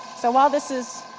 so while this is,